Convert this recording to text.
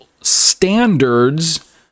standards